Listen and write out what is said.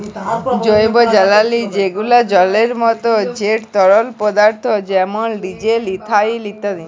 জৈবজালালী যেগলা জলের মত যেট তরল পদাথ্থ যেমল ডিজেল, ইথালল ইত্যাদি